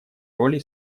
роли